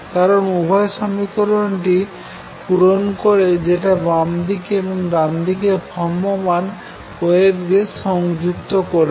কারন উভয়ে সমীকরণটি পুরন করে যেটা বামদিকে এবং ডানদিকে ভ্রাম্যমাণ অয়েভকে সংযুক্ত করছে